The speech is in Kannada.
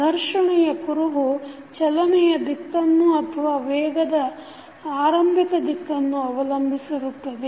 ಘರ್ಷಣೆಯ ಕುರುಹು ಚಲನೆಯ ದಿಕ್ಕನ್ನು ಅಥವಾ ವೇಗದ ಆರಂಭಿಕ ದಿಕ್ಕನ್ನು ಅವಲಂಬಿಸಿರುತ್ತದೆ